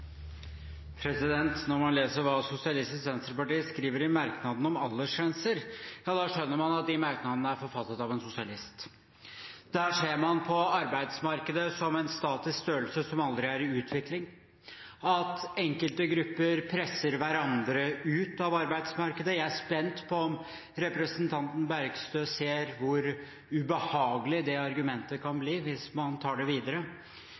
Når man leser hva Sosialistisk Venstreparti skriver i merknadene om aldersgrenser, ja, da skjønner man at de merknadene er forfattet av en sosialist. Der ser man på arbeidsmarkedet som en statisk størrelse som aldri er i utvikling, og at enkelte grupper presser hverandre ut av arbeidsmarkedet. Jeg er spent på om representanten Bergstø ser hvor ubehagelig det argumentet kan bli hvis man tar det